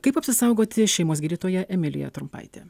kaip apsisaugoti šeimos gydytoja emilija trumpaitė